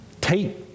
take